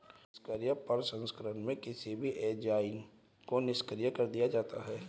निष्क्रिय प्रसंस्करण में किसी भी एंजाइम को निष्क्रिय कर दिया जाता है